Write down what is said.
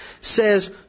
says